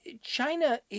China